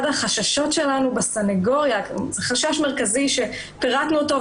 אחד החששות שלנו בסניגוריה הוא חשש מרכזי שפירטנו אותו,